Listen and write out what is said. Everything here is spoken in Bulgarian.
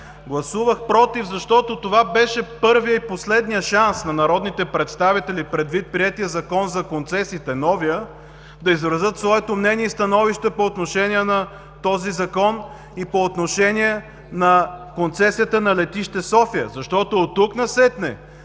Гласувах против, защото това беше първият и последният шанс на народните представители, предвид приетия Закон за концесиите – новия, да изразят своето мнение и становище по отношение на този Закон и по отношение на концесията на Летище София, защото оттук насетне